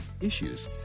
issues